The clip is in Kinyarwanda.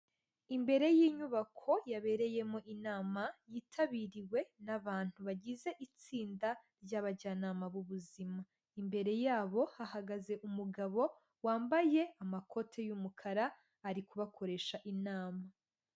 Imbere y'inyubako yabereyemo inama yitabiriwe n'abantu bagize itsinda ry'abajyanama b'ubuzima, imbere y'abo hahagaze umugabo wambaye amakoti y'umukara ari kubakoresha inama.